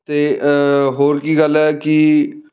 ਅਤੇ ਹੋਰ ਕੀ ਗੱਲ ਹੈ ਕਿ